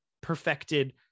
perfected